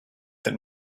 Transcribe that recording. that